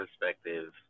perspective